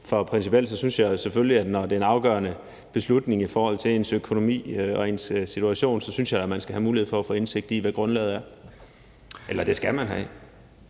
For principielt synes jeg, når det er en afgørende besluttende i forhold til ens økonomi og ens situation, at man selvfølgelig skal have mulighed for at få indsigt i, hvad grundlaget er. Kl. 12:18 Anden